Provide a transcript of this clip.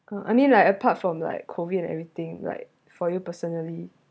cause I mean like apart from like COVID and everything like for you personally